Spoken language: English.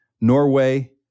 Norway